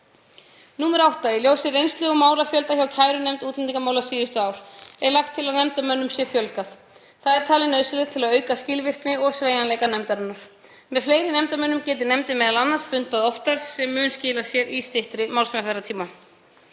ákvæði. 8. Í ljósi reynslu og málafjölda hjá kærunefnd útlendingamála síðustu ár er lagt til að nefndarmönnum verði fjölgað. Það er talið nauðsynlegt til að auka skilvirkni og sveigjanleika nefndarinnar. Með fleiri nefndarmönnum geti nefndin m.a. fundað oftar sem muni skila sér í styttri málsmeðferðartíma.